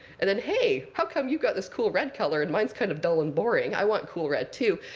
and then, hey, how come you've got this cool red color, and mine's kind of dull and boring. i want cool red too.